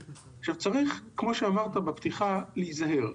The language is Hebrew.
כמו שאמרת בפתיחה, צריך להיזהר.